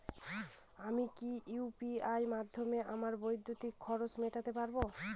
আমি কি ইউ.পি.আই মাধ্যমে আমার বিদ্যুতের খরচা মেটাতে পারব?